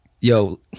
yo